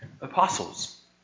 apostles